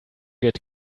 get